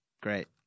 Great